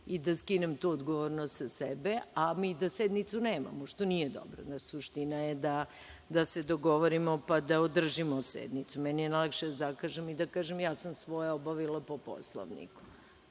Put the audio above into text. i da skinem tu odgovornost sa sebe, a mi da sednicu nemamo, što nije dobro. Suština je da se dogovorimo, pa da održimo sednicu. Meni je najlakše da zakažem i da kažem - ja sam svoje obavila po Poslovniku.(Marko